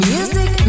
Music